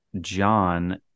john